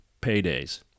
paydays